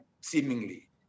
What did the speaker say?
seemingly